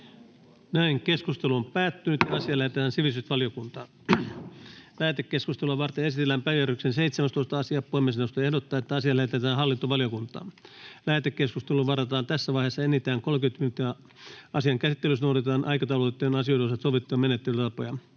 §:n muuttamisesta Time: N/A Content: Lähetekeskustelua varten esitellään päiväjärjestyksen 17. asia. Puhemiesneuvosto ehdottaa, että asia lähetetään hallintovaliokuntaan. Lähetekeskusteluun varataan tässä vaiheessa enintään 30 minuuttia. Asian käsittelyssä noudatetaan aikataulutettujen asioiden osalta sovittuja menettelytapoja.